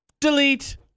Delete